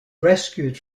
rescued